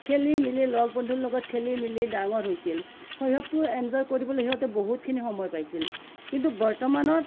খেলি মেলি লগ বন্ধুৰ লগত খেলি মেলি ডাঙৰ হৈছিল শৈশৱটো এনজয় কৰিবলৈ সিহঁতে বহুতখিনি সময় পাইছিল কিন্তু বৰ্তমানত